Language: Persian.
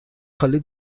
خالی